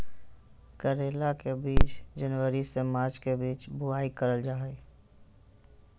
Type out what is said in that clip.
करेला के बीज जनवरी से मार्च के बीच बुआई करल जा हय